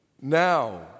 Now